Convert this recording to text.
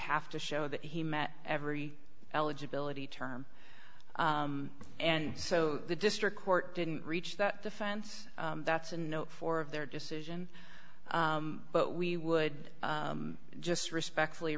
have to show that he met every eligibility term and so the district court didn't reach that defense that's a note for of their decision but we would just respectfully